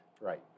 Right